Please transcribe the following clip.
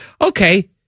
Okay